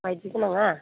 माइदि गोनाङा